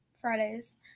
Fridays